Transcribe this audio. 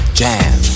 jam